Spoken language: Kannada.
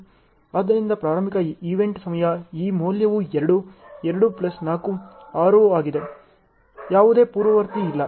ಆದ್ದರಿಂದ ಆರಂಭಿಕ ಈವೆಂಟ್ ಸಮಯ ಈ ಮೌಲ್ಯವು 2 2 ಪ್ಲಸ್ 4 6 ಆಗಿದೆ ಯಾವುದೇ ಪೂರ್ವವರ್ತಿ ಇಲ್ಲ